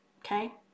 okay